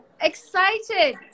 Excited